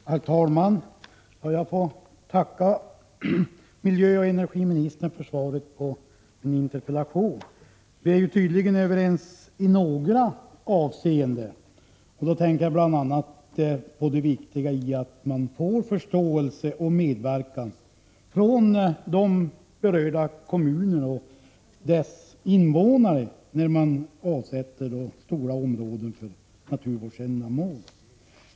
OR ENApkasatkom. 2 Fe RE = PIE munerna vid bildande Herr talman! Jag får tacka miljöoch energiministern för svaret på min av naturreservat Vi är tydligen överens i några avseenden. Jag tänker bl.a. på det viktiga i att man får förståelse och medverkan från de berörda kommunernas och deras invånares sida när stora områden avsätts för naturvårdsändamål.